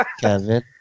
Kevin